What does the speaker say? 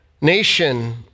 Nation